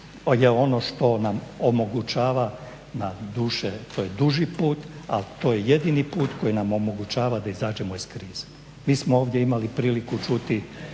je ono što nam omogućava to je duži put, a to je jedini put koji nam omogućava da izađemo iz krize. Mi smo ovdje imali priliku čuti